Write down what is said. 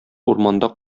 урманда